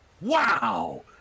Wow